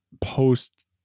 post